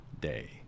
Day